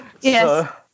Yes